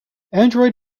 android